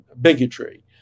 bigotry